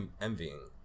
envying